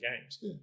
games